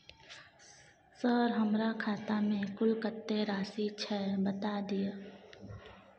Sir हमरा खाता में कुल कत्ते राशि छै बता दिय?